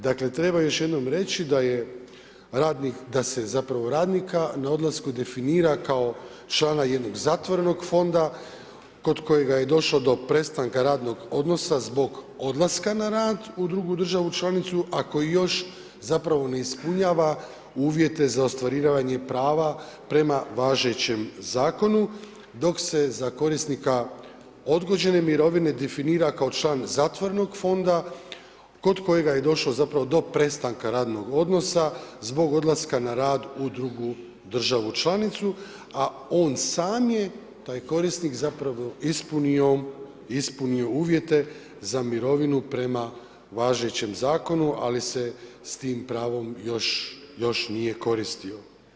Dakle, treba još jednom reći da se zapravo radnika na odlasku definira kao člana jednog zatvorenog fonda kod kojega je došlo do prestanka radnog odnosa zbog odlaska na rad u drugu državu članicu, a koji još zapravo ne ispunjava uvjete za ostvarivanje prava prema važećem Zakonu, dok se za korisnika odgođene mirovine definira kao član zatvorenog fonda kod kojega je došlo zapravo do prestanka radnog odnosa zbog odlaska na rad u drugu državu članicu, a on sam je taj korisnik, zapravo ispunio uvjete za mirovinu prema važećem Zakonu, ali se s tim pravo još nije koristio.